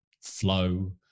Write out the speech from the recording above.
flow